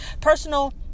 personal